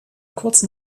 kurzen